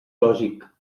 lògic